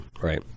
right